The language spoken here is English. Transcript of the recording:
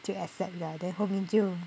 就 accept : then 后面就